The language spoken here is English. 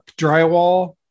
drywall